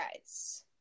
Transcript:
guys